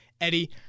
Eddie